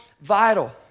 vital